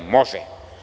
Može.